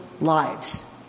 lives